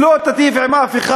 שלא תיטיב עם אף אחד.